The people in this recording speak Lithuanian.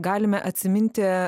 galime atsiminti